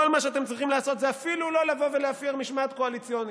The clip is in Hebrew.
כל מה שאתם צריכים לעשות זה אפילו לא להפר משמעת קואליציונית,